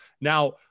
Now